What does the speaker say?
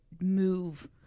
move